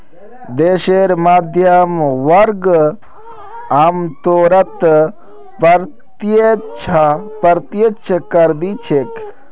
देशेर मध्यम वर्ग आमतौरत अप्रत्यक्ष कर दि छेक